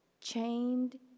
chained